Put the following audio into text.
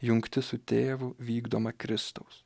jungtis su tėvu vykdoma kristaus